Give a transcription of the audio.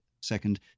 second